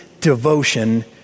devotion